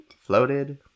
Floated